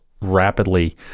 rapidly